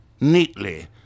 neatly